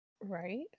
Right